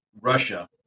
Russia